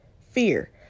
Fear